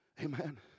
Amen